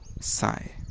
Sigh